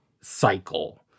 cycle